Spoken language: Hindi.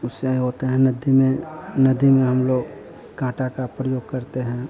उससे होते हैं नदी में नदी में हम लोग कांटे का प्रयोग करते हैं